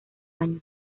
años